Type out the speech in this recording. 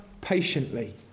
patiently